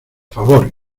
favor